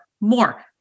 more